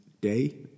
Day